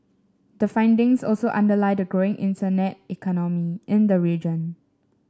the findings also underlie the growing internet economy in the region